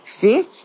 Fifth